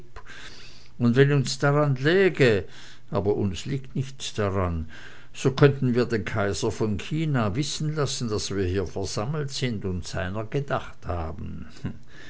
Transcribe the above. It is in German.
und wenn uns daran läge aber uns liegt nichts daran so könnten wir den kaiser von china wissen lassen daß wir hier versammelt sind und seiner gedacht haben